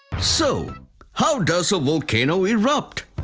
so how does a volcano erupt?